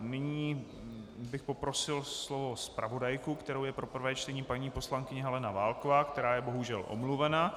Nyní bych poprosil o slovo zpravodajku, kterou je pro prvé čtení paní poslankyně Helena Válková, která je bohužel omluvena.